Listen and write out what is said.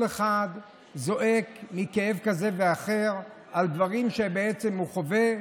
כל אחד זועק מכאב כזה ואחר על דברים שבעצם הוא חווה,